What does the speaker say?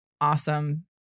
awesome